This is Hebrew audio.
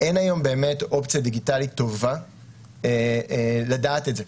אין היום באמת אופציה דיגיטלית טובה לדעת את זה.